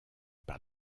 par